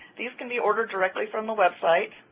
these can be ordered directly from the website.